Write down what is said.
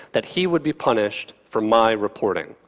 that he would be punished for my reporting.